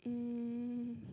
um